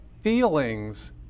feelings